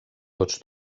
tots